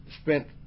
spent